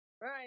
Right